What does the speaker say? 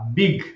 big